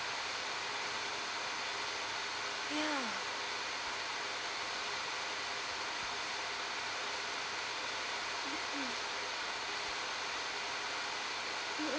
ya mm